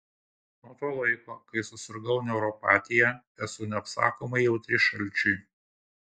nuo to laiko kai susirgau neuropatija esu neapsakomai jautri šalčiui